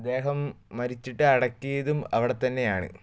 അദ്ദേഹം മരിച്ചിട്ട് അടക്കിയതും അവിടെ തന്നെയാണ്